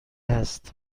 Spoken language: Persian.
هست